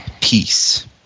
Peace